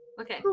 Okay